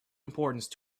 importance